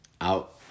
out